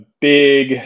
big